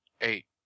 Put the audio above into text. eight